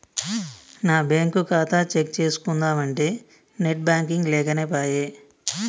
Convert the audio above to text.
నా బ్యేంకు ఖాతా చెక్ చేస్కుందామంటే నెట్ బాంకింగ్ లేకనేపాయె